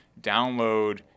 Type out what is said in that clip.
download